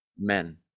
men